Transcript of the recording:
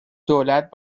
دولت